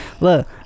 look